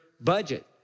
budget